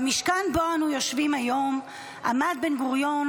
במשכן שבו אנו יושבים היום עמד בן-גוריון